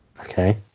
Okay